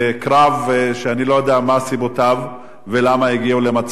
שאני לא יודע מה סיבותיו ולמה הגיעו למצב הזה.